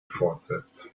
fortsetzt